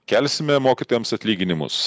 kelsime mokytojams atlyginimus